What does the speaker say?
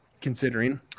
considering